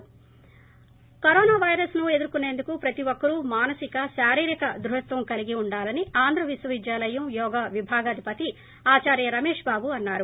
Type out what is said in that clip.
break corona virus ను ఎదుర్కొనేందుకు ప్రతి ఒక్కరూ మానసిక శారీర దృఢత్వం కలిగి వుండాలని ఆంధ్ర విక్వావిద్యాలయం యోగా విభాగాధి పతి ఆదార్య రమేష్ బాబు అన్నారు